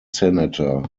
senator